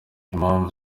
impamvu